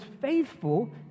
faithful